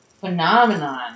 Phenomenon